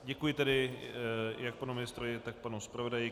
Děkuji tedy jak panu ministrovi, tak panu zpravodaji.